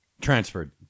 transferred